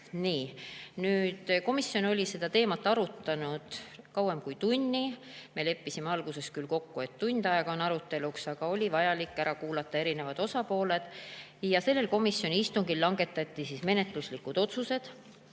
ajaks] seda teemat arutanud kauem kui tunni. Me leppisime alguses küll kokku, et tund aega on aruteluks, aga oli vaja ära kuulata kõik osapooled. Sellel komisjoni istungil langetati menetluslikud otsused: